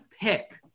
pick